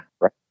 right